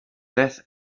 death